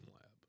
lab